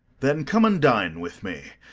then come and dine with me,